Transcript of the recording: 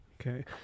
Okay